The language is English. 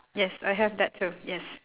yes I have that too yes